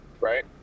right